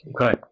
Okay